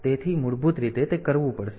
તેથી મૂળભૂત રીતે તે કરવું પડશે